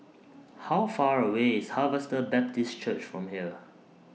How Far away IS Harvester Baptist Church from here